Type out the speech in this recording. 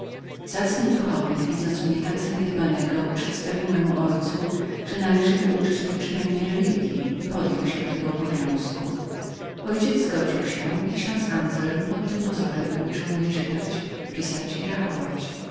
zacny duchowny widząc mnie tak zaniedbanego przedstawił memu ojcu że należało wyuczyć mnie przynajmniej religji i podjął się tego obowiązku mój ojciec zgodził się i szanowny ksiądz anzelm pod tym pozorem wyuczył mnie czytać pisać i rachować